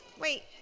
Wait